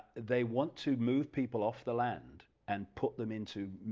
they want to move people off the land and put them into